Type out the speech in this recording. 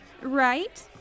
right